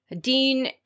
dean